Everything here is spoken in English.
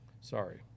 Sorry